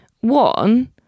One